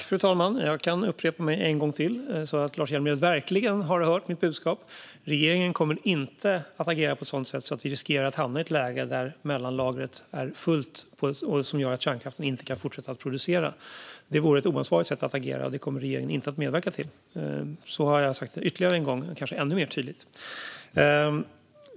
Fru talman! Jag kan upprepa mig en gång till, så att Lars Hjälmered verkligen har hört mitt budskap: Regeringen kommer inte att agera på ett sådant sätt att vi riskerar att hamna i ett läge där mellanlagret är fullt och kärnkraften inte kan fortsätta att produceras. Detta vore ett oansvarigt sätt att agera på, och det kommer regeringen inte att medverka till. Nu har jag sagt detta ytterligare en gång, och kanske ännu mer tydligt.